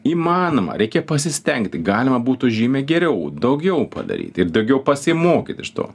įmanoma reikia pasistengti galima būtų žymiai geriau daugiau padaryti ir daugiau pasimokyt iš to